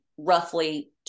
roughly